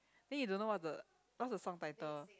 then you don't know what's the what's the song title